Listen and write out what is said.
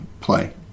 play